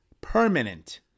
permanent